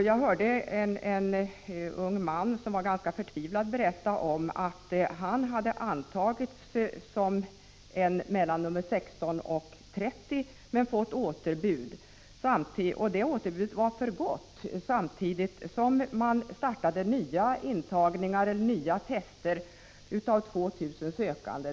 Jag hörde en ung man, som var ganska förtvivlad, berätta om att han hade antagits som en av de 30 men fått återbud, och det återbudet var för gott. Samtidigt startar man nya tester av 2 000 sökande.